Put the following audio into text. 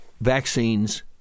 vaccines